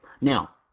Now